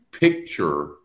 picture